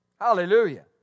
Hallelujah